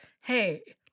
hey